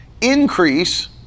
Increase